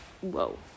whoa